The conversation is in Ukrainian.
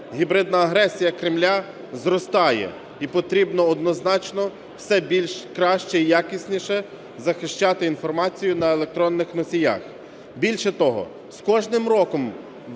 гібридна агресія Кремля зростає, і потрібно однозначно все більш краще і якісніше захищати інформацію на електронних носіях. Більше того, з кожним роком